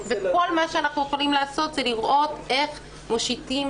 וכל מה שאנחנו יכולים לעשות הוא לראות איך מושיטים